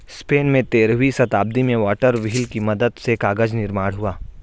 Spain में तेरहवीं शताब्दी में वाटर व्हील की मदद से कागज निर्माण हुआ